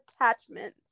attachment